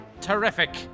Terrific